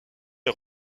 est